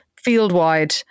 field-wide